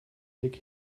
blick